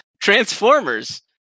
Transformers